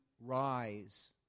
rise